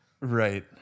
Right